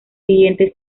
siguiente